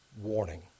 warning